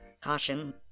Caution